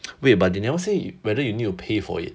wait but they never say whether you need to pay for it